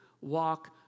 walk